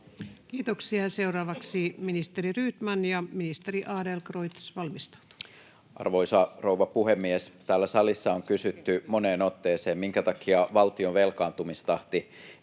Kiitoksia. — Seuraavaksi ministeri Rydman, ja ministeri Adlercreutz valmistautuu. Arvoisa rouva puhemies! Täällä salissa on kysytty moneen otteeseen, minkä takia valtion velkaantumistahti